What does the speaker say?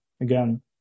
again